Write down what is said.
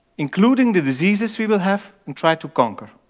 including the diseases we will have and try to conquer.